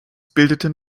bildeten